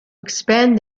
expand